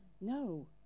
No